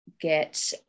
get